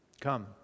come